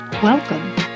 Welcome